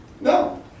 No